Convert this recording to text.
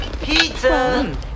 pizza